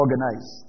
organized